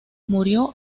murió